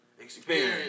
Experience